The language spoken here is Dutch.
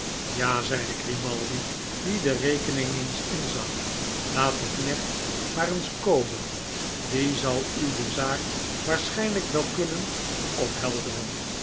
ja zeide grimaldi die de rekening eens inzag laat den knecht maar eens komen die zal u de zaak waarschijnlijk wel kunnon ophelderen